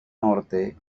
norte